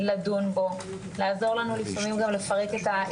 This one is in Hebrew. התרבות והספורט והוועדה לזכויות הילד,